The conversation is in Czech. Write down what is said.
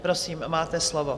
Prosím, máte slovo.